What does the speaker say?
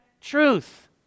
truth